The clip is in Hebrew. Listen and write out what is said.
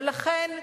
ולכן,